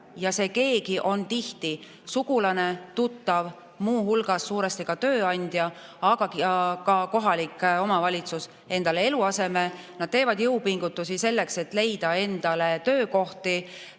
ja see keegi on tihti sugulane, tuttav, muu hulgas suuresti ka tööandja või kohalik omavalitsus – endale eluaseme. Nad teevad jõupingutusi selleks, et leida endale